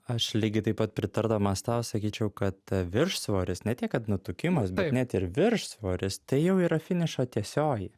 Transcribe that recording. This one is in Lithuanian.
aš lygiai taip pat pritardamas tau sakyčiau kad viršsvoris ne tiek kad nutukimas bet net ir viršsvoris tai jau yra finišo tiesioji